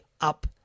Up